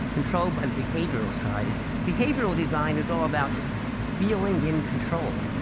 controlled by the behavioral side. and behavioral design is all about feeling in control,